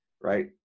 right